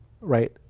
right